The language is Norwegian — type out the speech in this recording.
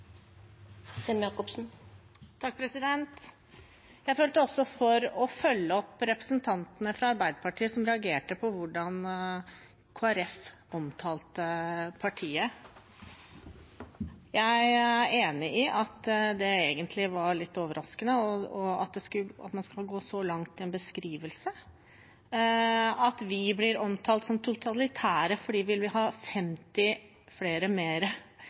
Jeg føler også for å følge opp representantene fra Arbeiderpartiet, som reagerte på hvordan Kristelig Folkeparti omtalte partiet. Jeg er enig i at det egentlig var litt overraskende at man kan gå så langt i en beskrivelse. At vi blir omtalt som totalitære fordi vi vil ha 50 flere